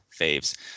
faves